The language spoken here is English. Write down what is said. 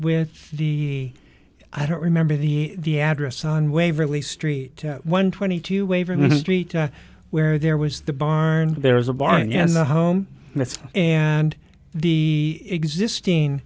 with the i don't remember the the address on waverly street one hundred and twenty two wavering the street where there was the barn there was a barn and the home and the existing